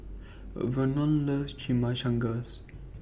Vernon loves Chimichangas